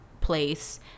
place